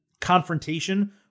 confrontation